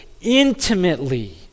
intimately